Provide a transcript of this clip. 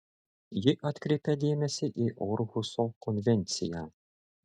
ji atkreipia dėmesį į orhuso konvenciją